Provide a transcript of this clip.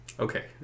Okay